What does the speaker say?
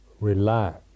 relax